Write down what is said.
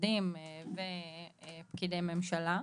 לעובדים ולפקידי ממשלה.